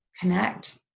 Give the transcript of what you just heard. connect